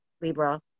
Libra